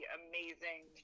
amazing